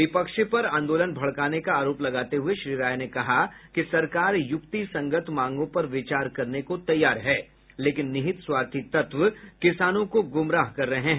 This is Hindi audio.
विपक्ष पर आंदोलन भड़काने का आरोप लगाते हुए श्री राय ने कहा कि सरकार युक्तिसंगत मांगों पर विचार करने को तैयार है लेकिन निहित स्वार्थी तत्व किसानों को गुमराह कर रहे हैं